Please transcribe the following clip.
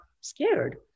scared